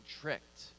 tricked